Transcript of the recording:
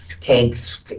takes